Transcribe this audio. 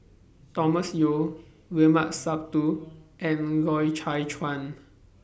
Thomas Yeo Limat Sabtu and Loy Chye Chuan